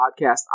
Podcast